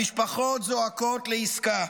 המשפחות זועקות לעסקה,